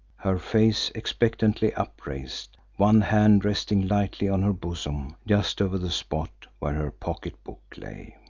her face expectantly upraised, one hand resting lightly on her bosom, just over the spot where her pocketbook lay.